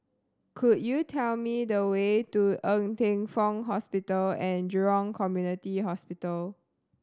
could you tell me the way to Ng Teng Fong Hospital And Jurong Community Hospital